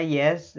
yes